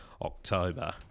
October